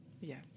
Yes